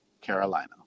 Carolina